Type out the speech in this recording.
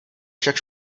však